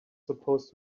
supposed